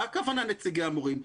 מה הכוונה נציגי המורים?